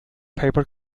paper